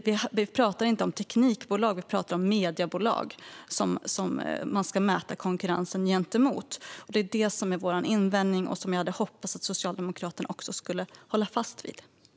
Vi talar inte om teknikbolag utan om mediebolag som man ska mäta konkurrensen gentemot. Detta är vår invändning, och jag hade hoppats att också Socialdemokraterna skulle hålla fast vid den.